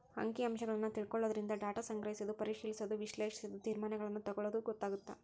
ಅಂಕಿ ಅಂಶಗಳನ್ನ ತಿಳ್ಕೊಳ್ಳೊದರಿಂದ ಡಾಟಾ ಸಂಗ್ರಹಿಸೋದು ಪರಿಶಿಲಿಸೋದ ವಿಶ್ಲೇಷಿಸೋದು ತೇರ್ಮಾನಗಳನ್ನ ತೆಗೊಳ್ಳೋದು ಗೊತ್ತಾಗತ್ತ